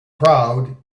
crowd